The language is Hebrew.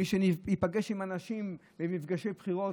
מי שייפגש עם אנשים במפגשי בחירות,